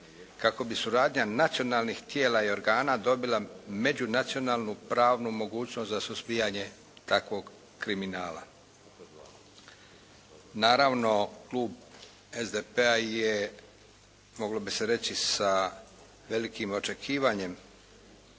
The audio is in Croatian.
kako bi suradnja nacionalnih tijela i organa dobila međunacionalnu pravnu mogućnost za suzbijanje takvog kriminala. Naravno, klub SDP-a je, moglo bi se reći sa velikim očekivanjem